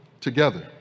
together